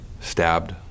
stabbed